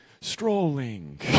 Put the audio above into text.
strolling